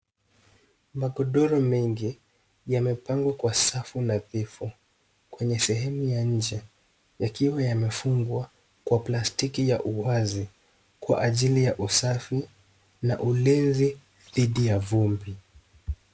Magodoro mengi, yamepangwa kwa safu nadhifu kwenye sehemu ya nje yakiwa yamefungwa kwa plastiki ya uwazi kwa ajili ya usafi na ulinzi dhidi ya vumbi.